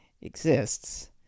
exists